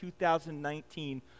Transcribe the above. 2019